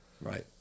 right